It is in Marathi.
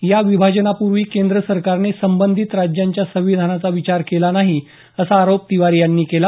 या विभाजनापूर्वी केंद्र सरकारने संबंधित राज्याच्या संविधानाचा विचार केला नाही असा आरोप तिवारी यांनी केला